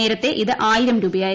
നേരത്തെ ഇത് ആയിരം രൂപയായിരുന്നു